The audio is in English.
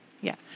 Yes